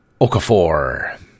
Okafor